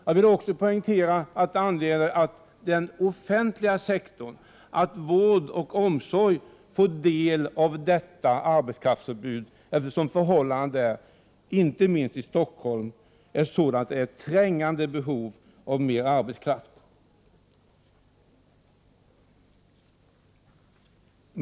Jag vill också poängtera det angelägna i att den offentliga sektorn, vården och omsorgen, får del av detta arbetskraftsutbud, eftersom förhållandena inom vården, inte minst i Stockholm, innebär trängande behov av mer arbetskraft.